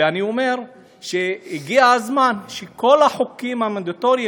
ואני אומר שהגיע הזמן שכל החוקים המנדטוריים,